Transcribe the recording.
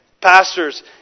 Pastors